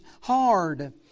hard